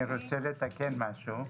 אני רוצה לתקן משהו.